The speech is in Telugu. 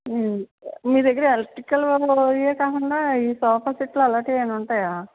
మీ దగ్గర ఎలక్ట్రికల్ అవే కాకుండా సోఫా సెట్లు అలాంటివి ఏమైనా ఉంటాయ